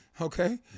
okay